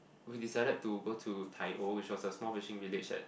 we decide to go to Tai O which was a small fishing village at